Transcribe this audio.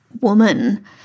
woman